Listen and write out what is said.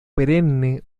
perenne